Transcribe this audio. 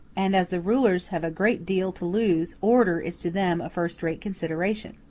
and as the rulers have a great deal to lose order is to them a first-rate consideration.